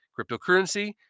cryptocurrency